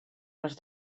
les